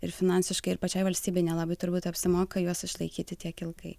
ir finansiškai ir pačiai valstybei nelabai turbūt apsimoka juos išlaikyti tiek ilgai